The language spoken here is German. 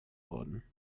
worden